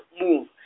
move